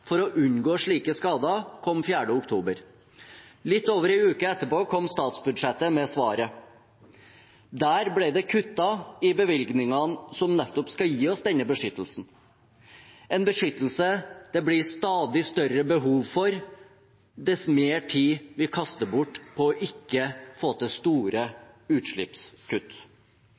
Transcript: for å unngå slike skader kom 4. oktober. Litt over en uke etterpå kom statsbudsjettet med svaret. Der ble det kuttet i bevilgningene som nettopp skal gi oss denne beskyttelsen, en beskyttelse det blir stadig større behov for dess mer tid vi kaster bort på å ikke få til store utslippskutt.